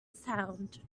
sound